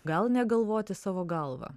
gal negalvoti savo galva